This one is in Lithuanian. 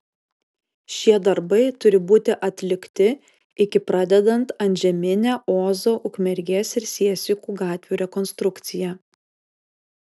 šie darbai turi būti atlikti iki pradedant antžeminę ozo ukmergės ir siesikų gatvių rekonstrukciją